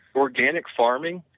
organic farming,